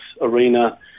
arena